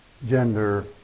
gender